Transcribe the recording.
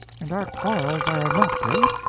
and our quarrels are not great,